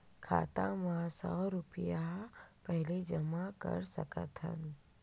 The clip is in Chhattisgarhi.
खाता मा सौ रुपिया पहिली जमा कर सकथन?